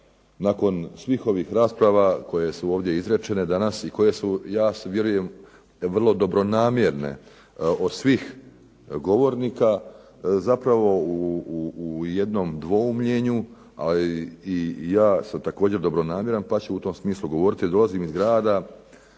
nakon svih ovih rasprava koje su ovdje izrečene danas i koje su ja vjerujem vrlo dobronamjerne od svih govornika zapravo u jednom dvoumljenju, a i ja sam također dobronamjeran pa ću u tom smislu govoriti jer dolazim iz grada